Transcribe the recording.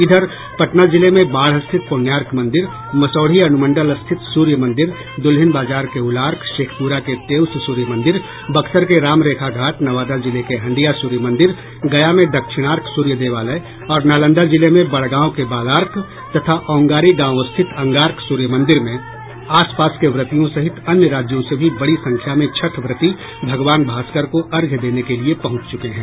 इधर पटना जिले में बाढ़ स्थित पुण्यार्क मंदिर मसौढ़ी अनुमंडल स्थित सूर्य मंदिर दुल्हिन बाजार के उलार्क शेखपुरा के तेउस सूर्य मंदिर बक्सर के राम रेखा घाट नवादा जिले के हंडिया सूर्य मंदिर गया में दक्षिणार्क सूर्य देवालय और नालंदा जिले में बड़गांव के बालार्क तथा औंगांरी गांव स्थित अंगार्क सूर्य मंदिर में आसपास के व्रतियों सहित अन्य राज्यों से भी बड़ी संख्या में छठ व्रती भगवान भास्कर को अर्घ्य देने के लिये पहुंच चुके हैं